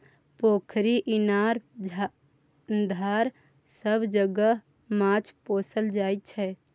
पोखरि, इनार, धार सब जगह माछ पोसल जाइ छै